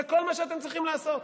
זה כל מה שאתם צריכים לעשות.